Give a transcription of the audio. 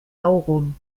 aurum